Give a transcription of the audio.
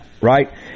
right